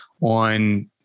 on